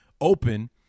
open